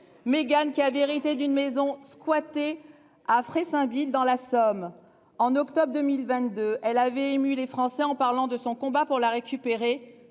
Mégane qui avait hérité d'une maison squattée. Après s'invite dans la Somme, en octobre 2022, elle avait ému les Français en parlant de son combat pour la récupérer,